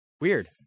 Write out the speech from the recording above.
weird